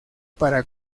para